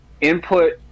input